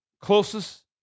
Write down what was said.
closest